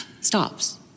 stops